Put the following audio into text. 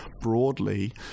broadly